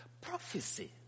prophecy